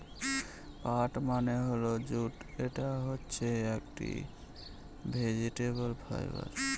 পাট মানে হল জুট এটা হচ্ছে একটি ভেজিটেবল ফাইবার